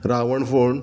Ravanfond